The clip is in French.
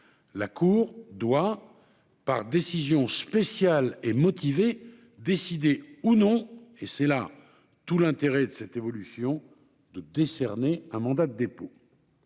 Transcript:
la cour doit, par décision spéciale et motivée, décider, ou non, et c'est là tout l'intérêt de cette évolution de décerner un mandat de dépôt,